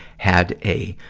had a,